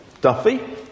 Duffy